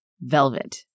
Velvet